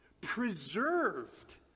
preserved